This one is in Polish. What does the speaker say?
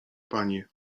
panie